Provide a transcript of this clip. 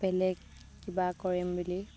বেলেগ কিবা কৰিম বুলি